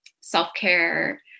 self-care